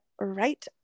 right